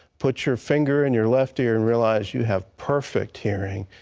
put your finger in your left ear and realize you have perfect hearing.